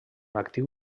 actiu